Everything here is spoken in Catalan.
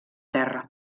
terra